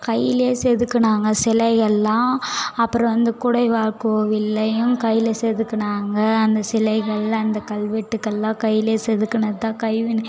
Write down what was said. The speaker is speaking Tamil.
கையில் செதுக்குனாங்க சிலையெல்லாம் அப்புறம் அந்த குடைவரைக் கோவில்லேயும் கையில் செதுக்குனாங்க அந்த சிலைகள் அந்த கல்வெட்டுக்கள்லாம் கையில் செதுக்குனது தான் கைவினை